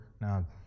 now